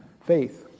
faith